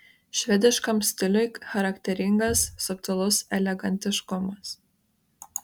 švediškam stiliui charakteringas subtilus elegantiškumas